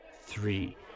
three